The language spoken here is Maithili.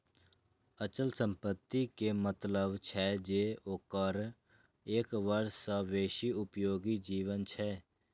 अचल संपत्ति के मतलब छै जे ओकर एक वर्ष सं बेसी उपयोगी जीवन छै